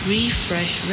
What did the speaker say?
Refresh